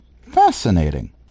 Fascinating